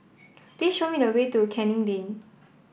please show me the way to Canning Lane